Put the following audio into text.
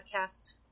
podcast